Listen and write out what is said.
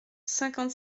cinquante